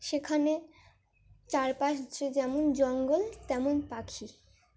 সেখানে চারপাশ যে যেমন জঙ্গল তেমন পাখি